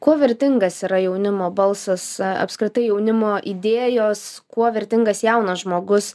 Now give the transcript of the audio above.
kuo vertingas yra jaunimo balsas apskritai jaunimo idėjos kuo vertingas jaunas žmogus